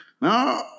no